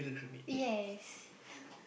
yes